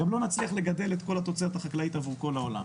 גם לא נצליח לגדל את כל התוצרת החקלאית עבור כל העולם.